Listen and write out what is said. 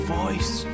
voice